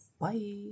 Bye